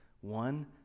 One